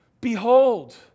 behold